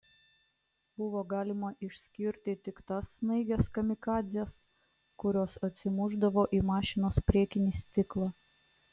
buvo galima išskirti tik tas snaiges kamikadzes kurios atsimušdavo į mašinos priekinį stiklą